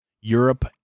Europe